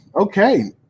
Okay